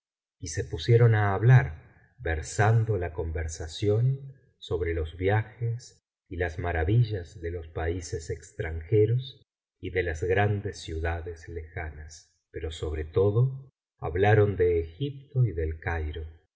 y se pusieron á hablar versando la conversación sobre los viajes y las maravillas de los países extranjeros y de las grandes ciudades lejanas pero sobre todo hablaron de egipto y del cairo